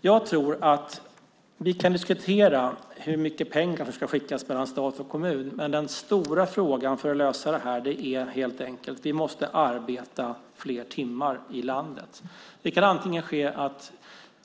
Jag tror att vi kan diskutera hur mycket pengar som ska skickas mellan stat och kommun, men den stora frågan för att lösa detta är helt enkelt att vi måste arbeta fler timmar i landet. Det kan antingen ske genom att